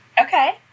Okay